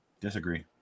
Disagree